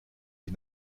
die